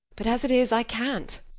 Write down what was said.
but as it is i can't.